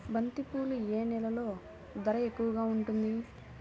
బంతిపూలు ఏ నెలలో ధర ఎక్కువగా ఉంటుంది?